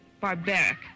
barbaric